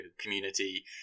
community